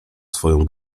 swoją